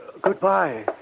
Goodbye